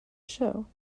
show